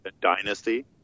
Dynasty